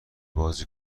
بازی